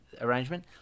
arrangement